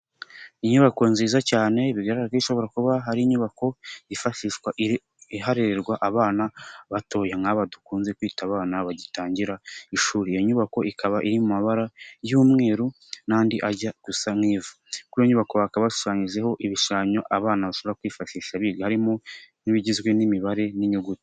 Inyubako nziza cyane bigaragara ishobora kuba ari inyubako yifashishwa harererwa abana batoya nk'aba dukunze kwita abana bagitangira ishuri. Iyo nyubako ikaba iri mu mabara y'umweru n'andi ajya gusa nk'ivu. Kuri iyo nyubako hakaba hashushanyijeho ibishushanyo abana bashobora kwifashisha biga, harimo nk'ibigizwe n'imibare n'inyuguti.